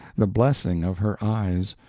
the blessing of her eyes,